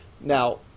Now